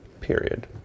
Period